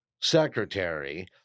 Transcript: Secretary